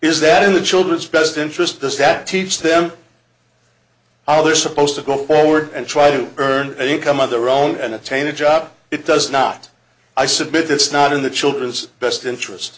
is that in the children's best interest does that teach them how they're supposed to go forward and try to earn an income of their own and attain a job it does not i submit that's not in the children's best interest